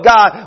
God